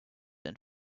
and